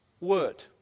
word